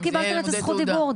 לא קיבלתם את זכות הדיבור.